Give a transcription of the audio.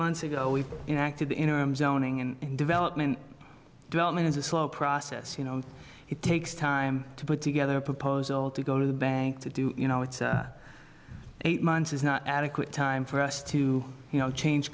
months ago we acted the interim zoning and development development is a slow process you know it takes time to put together a proposal to go to the bank to do you know it's eight months is not adequate time for us to you know change